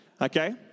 Okay